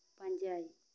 ᱯᱟᱸᱡᱟᱭ